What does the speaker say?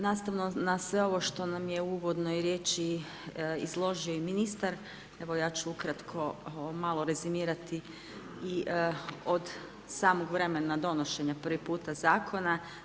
Nastavno na sve ovo što nam je u uvodnoj riječi izložio i ministar evo ja ću ukratko malo rezimirati i od samog vremena donošenja prvi puta zakona.